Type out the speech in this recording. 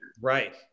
Right